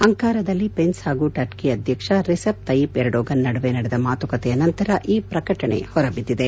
ಅಂಕಾರಾದಲ್ಲಿ Pence ಹಾಗೂ Turkey ಅಧ್ಯಕ್ಷ Recep Tayyip Erdogan ನಡುವೆ ನಡೆದ ಮಾತುಕತೆಯ ನಂತರ ಈ ಪ್ರಕಟಣೆ ಹೊರಬಿದ್ಲಿದೆ